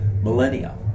millennia